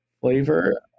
flavor